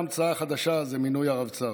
וההמצאה החדשה היא מינוי הרבצ"ר.